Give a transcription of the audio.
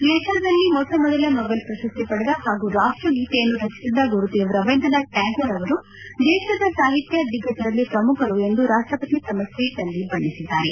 ಏಷ್ಟಾದಲ್ಲಿ ಮೊಟ್ಟ ಮೊದಲ ನೊಬೆಲ್ ಪ್ರಶಸ್ತಿ ಪಡೆದ ಹಾಗೂ ರಾಷ್ಟಗೀತೆಯನ್ನು ರಚಿಸಿದ ಗುರುದೇವ್ ರವೀಂದ್ರನಾಥ್ ಟ್ಟಾಗೂರ್ ಅವರು ದೇಶದ ಸಾಹಿತ್ಯ ದಿಗ್ಗಜರಲ್ಲಿ ಪ್ರಮುಖರು ಎಂದು ರಾಷ್ಟಪತಿ ತಮ್ಮ ಟ್ವೀಟ್ನಲ್ಲಿ ಬಣ್ಣಿಸಿದ್ದಾರೆ